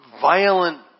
violent